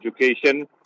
education